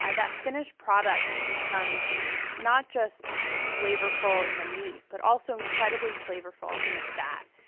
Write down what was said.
ah that finished product becomes not just flavorful in the meat, but also incredibly flavorful in the fat.